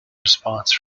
response